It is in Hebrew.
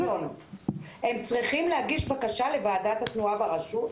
הם צריכים להגיש בקשה לוועדת התנועה ברשות.